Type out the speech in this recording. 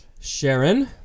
Sharon